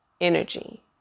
energy